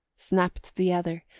snapped the other,